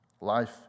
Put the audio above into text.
life